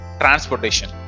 transportation